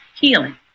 healing